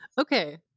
Okay